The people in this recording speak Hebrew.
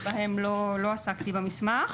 שבהם לא עסקתי במסמך,